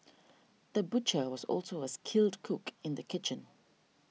the butcher was also a skilled cook in the kitchen